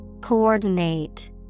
Coordinate